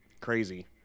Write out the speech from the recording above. Crazy